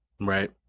Right